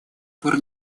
пор